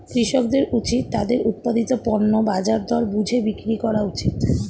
কৃষকদের উচিত তাদের উৎপাদিত পণ্য বাজার দর বুঝে বিক্রি করা উচিত